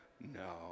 No